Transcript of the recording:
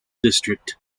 district